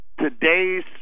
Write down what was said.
Today's